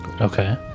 Okay